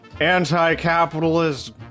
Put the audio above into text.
anti-capitalist